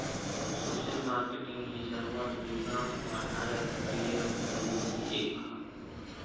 social marketing ही सर्वात वेगान वाढणाऱ्या करीअर संधींपैकी एक हा